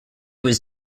was